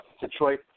Detroit